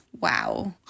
Wow